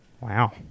Wow